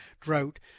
drought